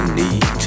need